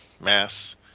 mass